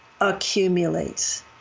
accumulates